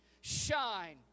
Shine